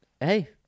hey